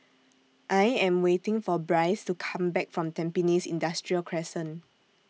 I Am waiting For Bryce to Come Back from Tampines Industrial Crescent